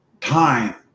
time